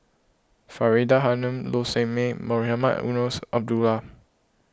Faridah Hanum Low Sanmay Mohamed Eunos Abdullah